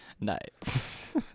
Nice